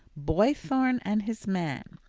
boythorn and his man,